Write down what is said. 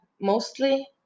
mostly